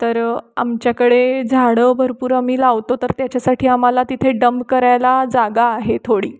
तर आमच्याकडे झाडं भरपूर आम्ही लावतो तर त्याच्यासाठी आम्हाला तिथे डम्प करायला जागा आहे थोडी